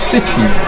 City